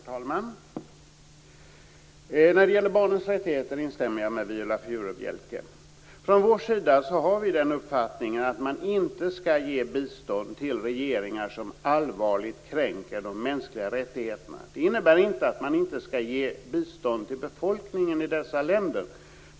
Herr talman! När det gäller barnens rättigheter instämmer jag med Viola Furubjelke. Från vår sida har vi uppfattningen att man inte skall ge bistånd till regeringar som allvarligt kränker de mänskliga rättigheterna. Det innebär inte att man inte skall ge bistånd till befolkningen i dessa länder.